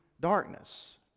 darkness